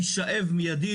תישאב מידית,